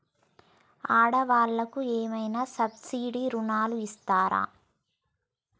ఆడ వాళ్ళకు ఏమైనా సబ్సిడీ రుణాలు ఇస్తారా?